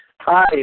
Hi